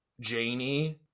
Janie